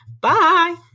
Bye